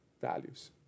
values